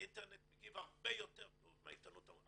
האינטרנט מגיב הרבה יותר טוב מהעיתונות הכתובה,